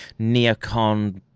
neocon